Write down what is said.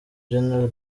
general